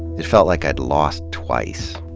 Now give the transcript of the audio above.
it fe lt like i'd lost twice,